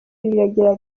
rigira